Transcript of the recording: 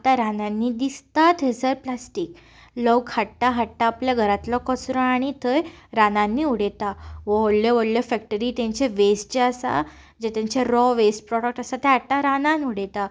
आतां रानांनी दिसता थंयसर प्लास्टीक लोक हाडटा हाडटा आपल्या घरांतलो कचरो आनी थंय रानींनी उडयता व्हडल्यो व्हडल्यो फॅक्ट्रीचे वेस्ट जें आसा जे तेंचे रॉ वेस्ट प्रॉडक्ट्स आसता ते हाडटा रानांत उडयता